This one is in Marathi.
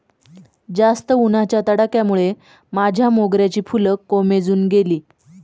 जास्त उन्हाच्या तडाख्यामुळे माझ्या मोगऱ्याची फुलं कोमेजून गेली